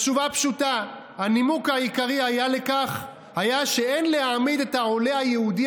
התשובה פשוטה: הנימוק העיקרי לכך היה שאין להעמיד את העולה היהודי